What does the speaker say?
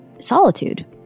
solitude